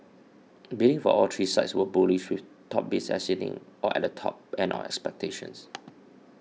bidding for all three sites was bullish with top bids exceeding or at the top end of expectations